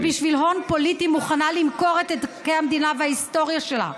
שבשביל הון פוליטי מוכנה למכור את ערכי המדינה וההיסטוריה שלה.